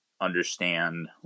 understand